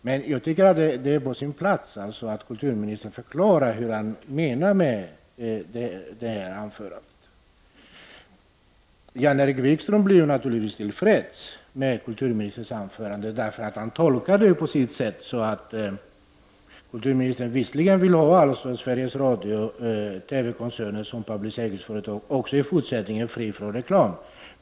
Men jag tycker att det är på sin plats att kulturministern förklarar vad han menar med det anförande han har hållit. Jan-Erik Wikström blev naturligtvis till freds med kulturministerns anförande därför att han tolkar det så att kulturministern visserligen vill att Sveriges Radio-koncernen skall vara ett public service-företag och att televisionen också i fortsättningen skall hållas fri från reklam.